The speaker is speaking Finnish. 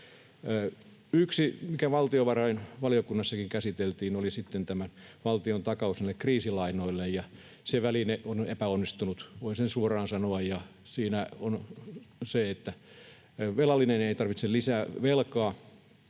Yksi, mikä valtiovarainvaliokunnassakin käsiteltiin, oli sitten tämä valtion takaus näille kriisilainoille, ja se väline on epäonnistunut, voin sen suoraan sanoa. Siinä on se, että velallinen ei tarvitse lisää velkaa,